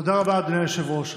תודה רבה, אדוני היושב-ראש.